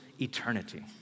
eternity